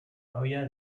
novia